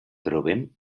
trobem